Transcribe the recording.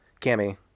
Cammy